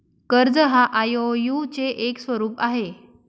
कर्ज हा आई.ओ.यु चे एक स्वरूप आहे